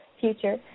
future